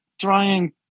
trying